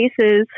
cases